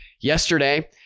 yesterday